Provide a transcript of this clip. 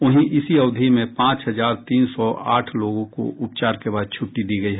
वहीं इसी अवधि में पांच हजार तीन सौ आठ लोगों को उपचार के बाद छुट्टी दी गयी